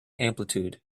amplitude